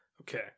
Okay